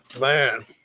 Man